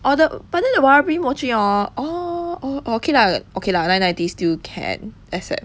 orh the but then the warabi mochi hor oh orh okay lah okay lah nine ninety still can accept